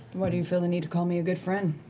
why do you feel the need to call me a good friend?